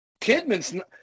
Kidman's –